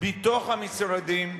מתוך המשרדים,